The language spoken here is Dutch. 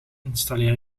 installeer